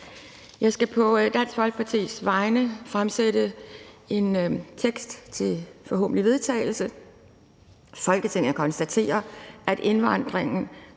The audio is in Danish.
Jeg skal på Dansk Folkepartis vegne fremsætte følgende: Forslag til vedtagelse »Folketinget konstaterer, at indvandringen